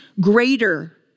greater